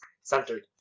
centered